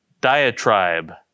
diatribe